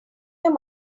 your